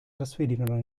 trasferirono